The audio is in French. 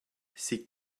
c’est